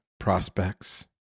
prospects